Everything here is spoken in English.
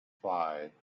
five